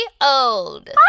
old